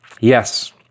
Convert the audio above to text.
Yes